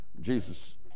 Jesus